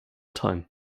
time